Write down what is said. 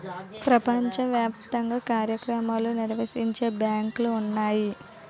ప్రపంచ వ్యాప్తంగా కార్యక్రమాలు నిర్వహించే బ్యాంకులు ఉన్నాయి